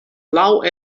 blau